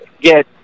get